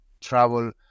travel